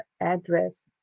address